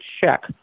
check